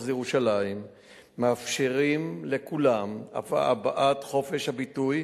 ירושלים מאפשרים הבעת חופש הביטוי,